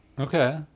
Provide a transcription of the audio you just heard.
Okay